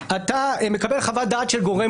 אתה מקבל חוות-דעת של גורם